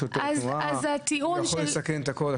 שאינו שוטר תנועה כי הוא יכול לסכן את הכול.